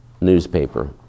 newspaper